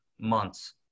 months